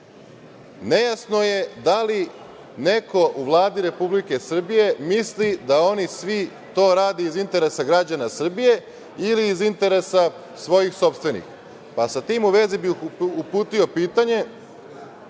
nejasno je da li neko u Vladi Republike Srbije misli da oni svi to rade u interesu građana Srbije ili iz svojih sopstvenih interesa. Sa tim u vezi bih uputio pitanje